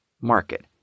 market